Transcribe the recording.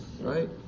right